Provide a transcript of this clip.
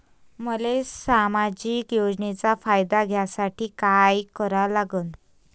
मले सामाजिक योजनेचा फायदा घ्यासाठी काय करा लागन?